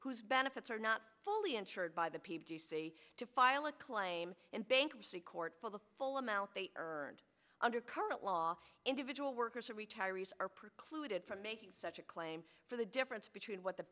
whose benefits are not fully insured by the p p c to file a claim in bankruptcy court for the full amount they earned under current law individual workers or retirees are precluded from making such a claim for the difference between what the